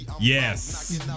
Yes